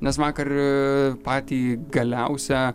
nes vakar patį galiausią